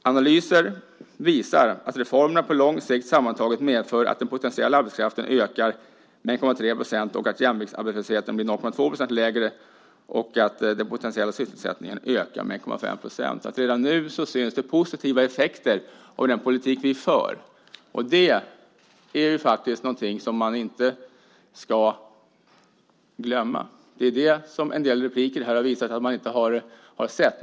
Analyser visar att reformerna på lång sikt sammantaget medför att den potentiella arbetskraften ökar med 1,3 %, att jämviktsarbetslösheten blir 0,2 % lägre och att den potentiella sysselsättningen ökar med 1,5 %. Redan nu syns det positiva effekter av den politik vi för. Och det är faktiskt någonting som man inte ska glömma. Det har framgått av en del repliker här att man inte har sett detta.